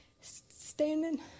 standing